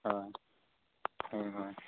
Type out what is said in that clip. হয় হয় হয়